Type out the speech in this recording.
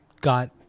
got